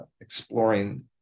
exploring